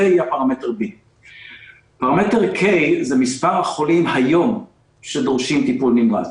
זה יהיה פרמטר B. פרמטר K הוא מספר החולים היום שדורשים טיפול נמרץ.